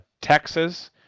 Texas